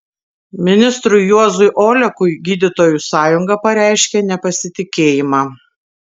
ministrui juozui olekui gydytojų sąjunga pareiškė nepasitikėjimą